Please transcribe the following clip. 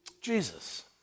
Jesus